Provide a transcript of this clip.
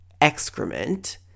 excrement